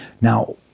Now